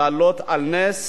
להעלות על נס